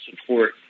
support